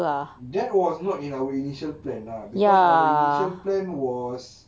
that was not in our initial plan lah because our initial plan was